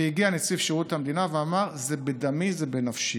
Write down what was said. והגיע נציב שירות המדינה ואמר: זה בדמי, זה בנפשי.